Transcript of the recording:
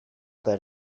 that